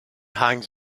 hangs